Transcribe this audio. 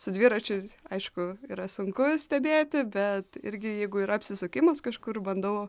su dviračiu aišku yra sunku stebėti bet irgi jeigu yra apsisukimas kažkur bandau